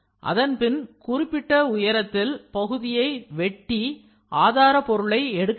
அதன்பின் குறிப்பிட்ட உயரத்தில் பகுதியை வெட்டி ஆதாரபொருளை எடுக்க வேண்டும்